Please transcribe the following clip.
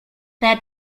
their